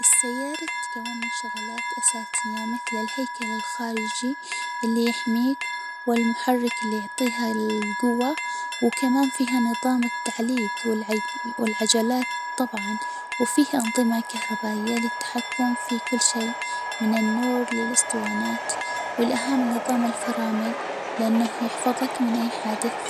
السيارة تتكون من شغلات أساسية مثل الهيكل الخارجي اللي يحميك ، و المحرك اللي يعطيها الجوة، و كمان فيها نظام التحليج و العج و العجلات طبعاً، و فيها أنظمة كهربائية للتحكم في كل شي من النور للاسطوانات، و الأهم نظام الفرامل لإنه يحفظك من أي حادث.